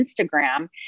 Instagram